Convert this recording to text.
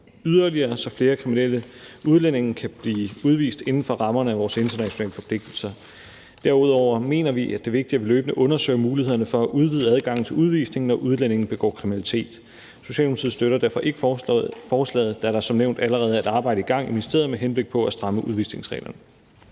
yderligere, så flere kriminelle udlændinge kan blive udvist inden for rammerne af vores internationale forpligtelser. Derudover mener vi, at det er vigtigt, at vi løbende undersøger mulighederne for at udvide adgangen til udvisning, når udlændinge begår kriminalitet. Socialdemokratiet støtter derfor ikke forslaget, da der som nævnt allerede er et arbejde i gang i ministeriet med henblik på at stramme udvisningsreglerne.